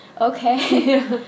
Okay